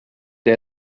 der